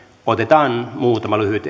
otetaan muutama lyhyt